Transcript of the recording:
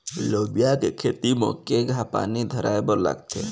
लोबिया के खेती म केघा पानी धराएबर लागथे?